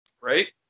right